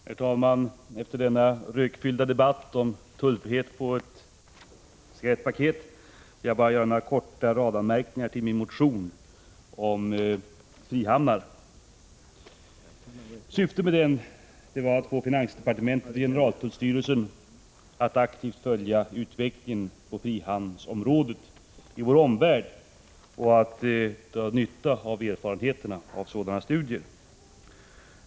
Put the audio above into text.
Herr talman! Efter denna rökfyllda debatt om tullfrihet på ett cigarettpaket vill jag bara göra några korta randanmärkningar till min motion om frihamnar. Syftet med motionen var att få finansdepartementet och generaltullstyrelsen att aktivt följa utvecklingen på frihamnsområdet och dra nytta av erfarenheterna av sådana studier.